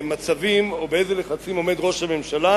מצבים או באילו לחצים עומד ראש הממשלה.